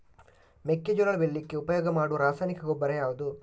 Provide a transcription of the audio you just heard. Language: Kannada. ಮೆಕ್ಕೆಜೋಳ ಬೆಳೀಲಿಕ್ಕೆ ಉಪಯೋಗ ಮಾಡುವ ರಾಸಾಯನಿಕ ಗೊಬ್ಬರ ಯಾವುದು?